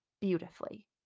beautifully